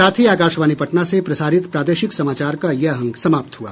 इसके साथ ही आकाशवाणी पटना से प्रसारित प्रादेशिक समाचार का ये अंक समाप्त हुआ